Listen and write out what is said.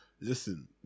Listen